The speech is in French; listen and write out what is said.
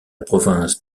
province